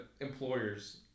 employers